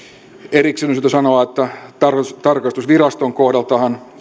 erikseen on syytä sanoa että tarkastusviraston kohdaltahan